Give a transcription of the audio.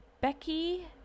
Becky